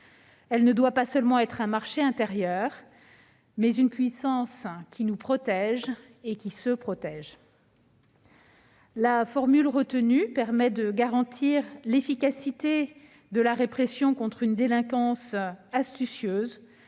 Elle ne doit pas seulement être un marché intérieur ; elle doit être, aussi, une puissance qui nous protège et qui se protège. La formule retenue permet de garantir l'efficacité de la répression contre une délinquance astucieuse,